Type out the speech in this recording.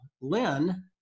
Lynn